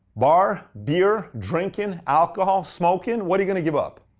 bar? beer? drinking? alcohol? smoking? what are you going to give up?